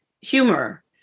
humor